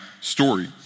story